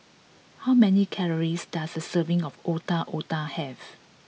how many calories does a serving of Otak Otak have